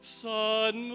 sun